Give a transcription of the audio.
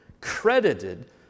credited